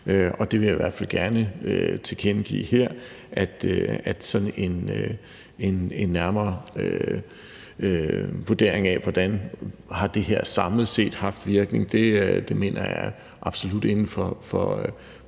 hvert fald gerne tilkendegive her, at sådan en nærmere vurdering af, hvordan det her samlet set har haft virkning, mener jeg absolut er inden for